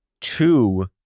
two